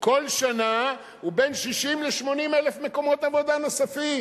כל שנה הוא בין 60,000 ל-80,000 מקומות עבודה נוספים.